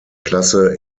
klasse